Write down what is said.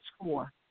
score